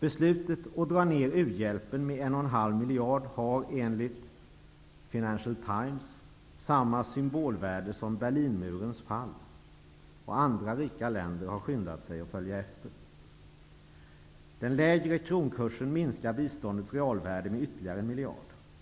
Beslutet att dra ned u-hjälpen med 1,5 miljarder kronor har enligt Financial Times samma symbolvärde som Berlinmurens fall, och andra rika länder har skyndat sig att följa efter. Den lägre kronkursen minskar biståndets realvärde med ytterligare 1 miljard.